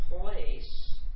place